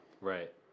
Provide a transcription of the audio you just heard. Right